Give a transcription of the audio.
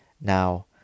Now